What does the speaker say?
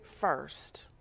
first